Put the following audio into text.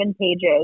pages